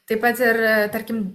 taip pat ir tarkim